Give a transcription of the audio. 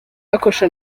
gukora